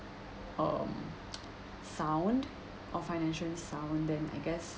um sound of financially sound and I guess